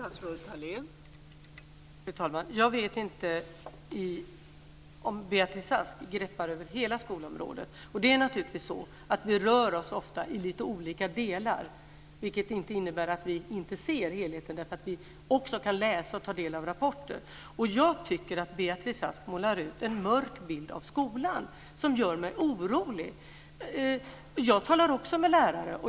Fru talman! Jag vet inte om Beatrice Ask greppar över hela skolområdet. Det är naturligtvis så att vi ofta rör oss i lite olika delar, vilket inte innebär att vi inte ser helheten eftersom vi också kan läsa och ta del av rapporter. Jag tycker att Beatrice Ask målar upp en mörk bild av skolan som gör mig orolig. Jag talar också med lärare.